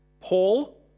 Paul